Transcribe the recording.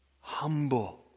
humble